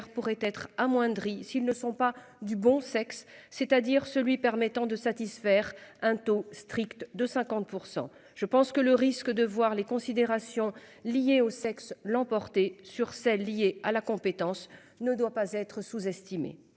pourrait être amoindrie. S'ils ne sont pas du bon sexe c'est-à-dire celui permettant de satisfaire un taux strict de 50% je pense que le risque de voir les considérations liées au sexe, l'emporter sur celles liées à la compétence ne doit pas être sous-estimé.